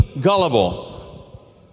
gullible